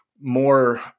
more